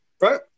Right